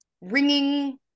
ringing